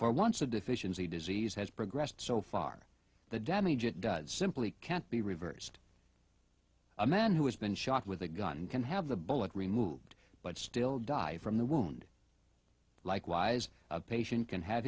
for once a deficiency disease has progressed so far the damage it does simply can't be reversed a man who has been shot with a gun can have the bullet removed but still die from the wound likewise a patient can ha